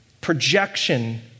projection